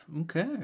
okay